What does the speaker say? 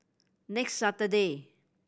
next Saturday